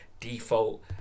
default